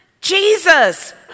Jesus